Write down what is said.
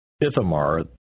Ithamar